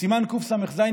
בסימן קס"ז,